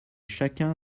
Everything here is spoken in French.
chacun